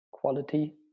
quality